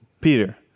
Peter